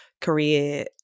career